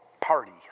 party